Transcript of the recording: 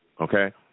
Okay